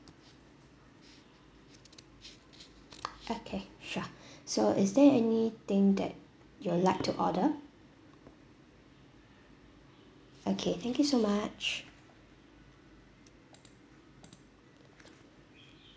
okay sure so is there anything that you'd like to order okay thank you so much